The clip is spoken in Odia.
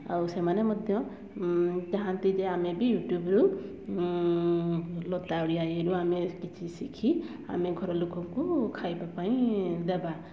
ଆଉ ସେମାନେ ମଧ୍ୟ ଚାହାନ୍ତି ଯେ ଆମେ ବି ୟୁଟ୍ୟୁବରୁ ଲତା ଓଡ଼ିଆ ଇଏରୁ ଆମେ କିଛି ଶିଖି ଆମେ ଘରଲୋକଙ୍କୁ ଖାଇବା ପାଇଁ ଦେବା